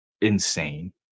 insane